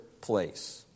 place